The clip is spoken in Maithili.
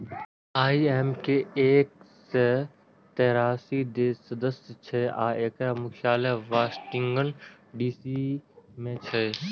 आई.एम.एफ के एक सय तेरासी देश सदस्य छै आ एकर मुख्यालय वाशिंगटन डी.सी मे छै